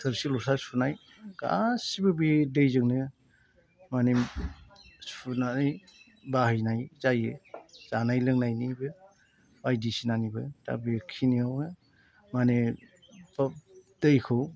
थोरसि लथा सुनाय गासिबो बे दैजोंनो माने सुनानै बाहायनाय जायो जानाय लोंनायनिबो बायदिसिनानिबो बेखिनिआवनो माने दैखौ